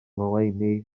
ngoleuni